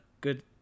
good